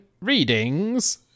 readings